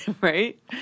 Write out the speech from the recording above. right